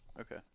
Okay